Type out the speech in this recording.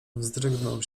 wzdrygnął